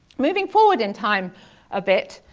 moving forward in time a bit,